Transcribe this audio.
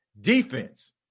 defense